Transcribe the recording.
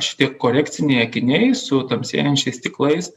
šitie korekciniai akiniai su tamsėjančiais stiklais